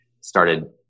started